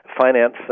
finance